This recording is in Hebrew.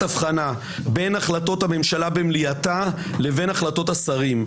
הבחנה בין החלטות הממשלה במליאתה לבין החלטות השרים,